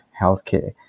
healthcare